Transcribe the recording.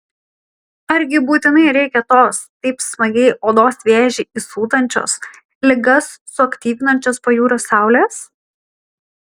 argi būtinai reikia tos taip smagiai odos vėžį įsūdančios ligas suaktyvinančios pajūrio saulės